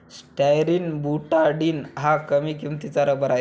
styrene butadiene हा कमी किंमतीचा रबर आहे